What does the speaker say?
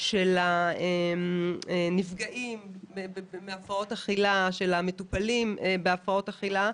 של הנפגעים והמטופלים בהפרעות אכילה.